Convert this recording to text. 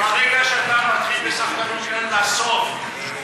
ברגע שאתה מתחיל בסחטנות, אין לה סוף.